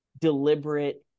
deliberate